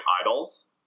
idols